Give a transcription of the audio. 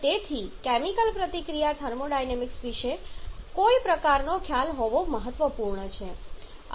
અને તેથી કેમિકલ પ્રતિક્રિયાના થર્મોડાયનેમિક્સ વિશે કોઈ પ્રકારનો ખ્યાલ હોવો મહત્વપૂર્ણ છે